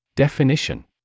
Definition